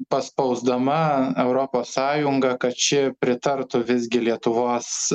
paspausdama europos sąjungą kad ši pritartų visgi lietuvos